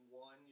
one